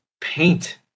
paint